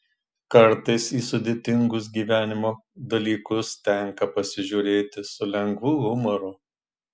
kartais į sudėtingus gyvenimo dalykus tenka pasižiūrėti su lengvu humoru